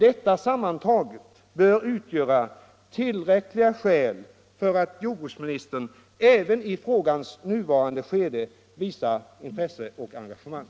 Detta sammantaget bör utgöra tillräckliga skäl för att jordbruksministern även i frågans nuvarande skede: visar intresse och engagemang.